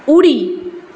उडी